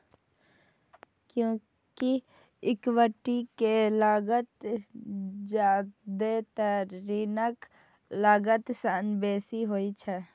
कियैकि इक्विटी के लागत जादेतर ऋणक लागत सं बेसी होइ छै